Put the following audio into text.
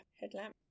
headlamp